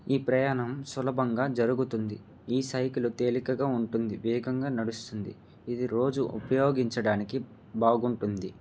ఈ ప్రయాణం సులభంగా జరుగుతుంది ఈ సైకిలు తేలికగా ఉంటుంది వేగంగా నడుస్తుంది ఇది రోజు ఉపయోగించడానికి బాగుంటుంది